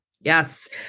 Yes